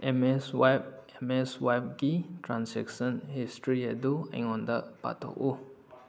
MSwipe ꯑꯦꯝꯃꯦꯁꯋꯥꯏꯞꯀꯤ transaction history ꯑꯗꯨ ꯑꯩꯉꯣꯟꯗ ꯄꯥꯊꯣꯛꯎ